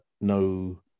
no